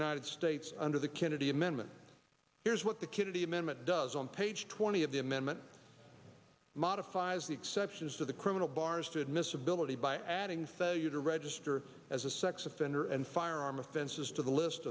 united states under the kennedy amendment here's what the kitty amendment does on page twenty of the amendment modifies the exceptions to the criminal bars to admissibility by adding failure to register as a sex offender and firearm offenses to the list